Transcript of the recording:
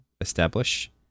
establish